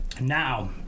Now